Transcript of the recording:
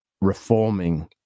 reforming